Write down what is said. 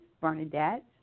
Bernadette